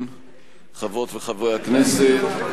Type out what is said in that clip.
חברות וחברי הכנסת,